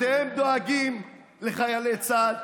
אתם דואגים לחיילי צה"ל?